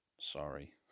sorry